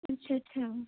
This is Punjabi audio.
ਅੱਛਾ ਅੱਛਾ